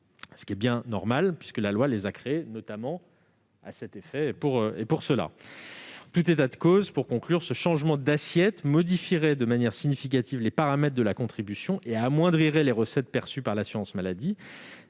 ce qui est bien normal, puisque la loi les a créées notamment à cet effet. Pour conclure, ce changement d'assiette modifierait de manière significative les paramètres de la contribution et amoindrirait les recettes perçues par l'assurance maladie